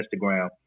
Instagram